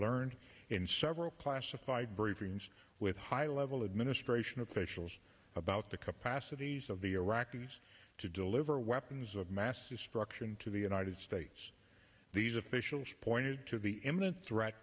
learned in several classified briefings with high level administration officials about the capacities of iraqis to deliver weapons of mass destruction to the united states these officials pointed to the imminent threat